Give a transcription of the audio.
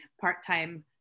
part-time